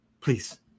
Please